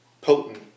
potent